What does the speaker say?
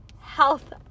health